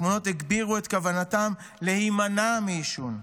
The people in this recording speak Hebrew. התמונות הגבירו את כוונתם להימנע מעישון.